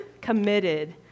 committed